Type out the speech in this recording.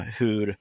hur